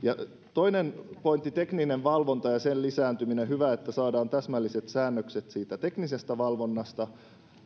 toinen pointti tekninen valvonta ja sen lisääntyminen hyvä että saadaan täsmälliset säännökset teknisestä valvonnasta